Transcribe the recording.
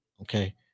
Okay